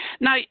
Now